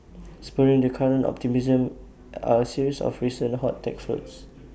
spurring the current optimism are A series of recent hot tech floats